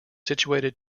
situated